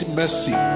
mercy